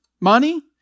money